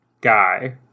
Guy